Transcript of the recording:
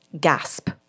gasp